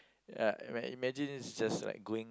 ya ima~ imagine is just like going